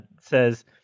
says